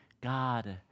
God